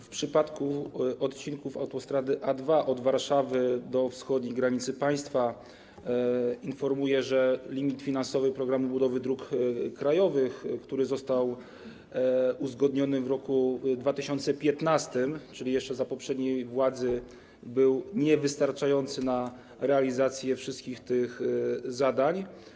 W przypadku odcinków autostrady A2 od Warszawy do wschodniej granicy państwa informuję, że limit finansowy „Programu budowy dróg krajowych”, który został uzgodniony w roku 2015, czyli jeszcze za poprzedniej władzy, był niewystarczający na realizację wszystkich tych zadań.